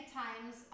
times